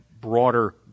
broader